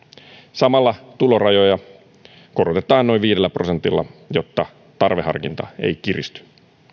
samalla tulorajoja korotetaan noin viidellä prosentilla jotta tarveharkinta ei kiristy